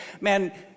man